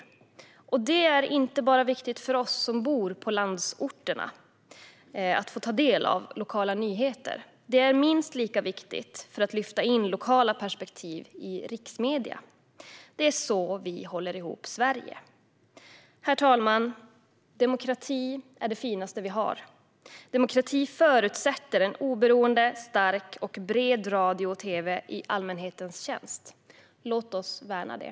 Att få ta del av lokala nyheter är inte bara viktigt för oss som bor på landsorten. Det är minst lika viktigt för att lyfta in lokala perspektiv i riksmedierna. Det är på så vis vi håller ihop Sverige. Herr talman! Demokrati är det finaste vi har. Demokrati förutsätter en oberoende, stark och bred radio och tv i allmänhetens tjänst. Låt oss värna det.